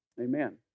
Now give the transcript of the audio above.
amen